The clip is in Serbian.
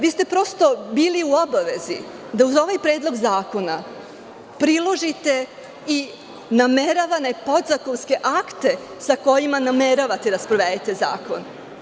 Vi ste prosto bili u obavezi da uz ovaj predlog zakona priložite i nameravane podzakonske akte sa kojima nameravate da sprovedete zakon.